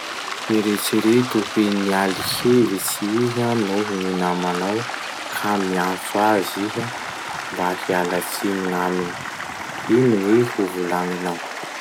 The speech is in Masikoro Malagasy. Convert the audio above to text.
Eritsereto hoe nialy hevitsy iha noho gny namanao ka miantso azy iha mba hialatsiny gn'aminy. Ino gny hovolagninao?